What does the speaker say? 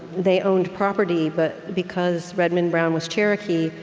they owned property, but because redman brown was cherokee,